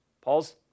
Paul's